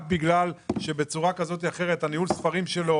רק בגלל שבצורה כזאת או אחרת ניהול הספרים שלו,